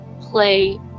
play